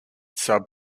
sub